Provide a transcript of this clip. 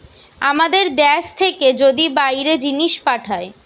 আমাদের দ্যাশ থেকে যদি বাইরে জিনিস পাঠায়